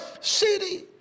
city